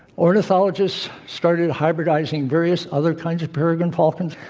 ornithologists started hybridizing various other kinds of peregrine falcons,